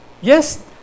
yes